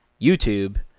YouTube